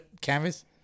canvas